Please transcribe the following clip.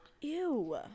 ew